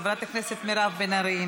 חברת הכנסת מירב בן ארי,